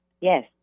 Yes